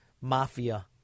mafia